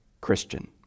Christian